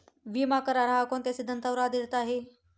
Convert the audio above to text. विमा करार, हा कोणत्या सिद्धांतावर आधारीत आहे?